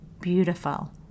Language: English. beautiful